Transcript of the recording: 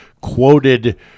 quoted